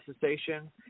cessation